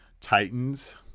titans